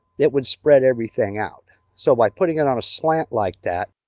that would spread everything out. so by putting it on a slant like that.